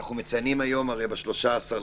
אנחנו מציינים ב-3 בחודש,